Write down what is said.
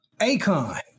Akon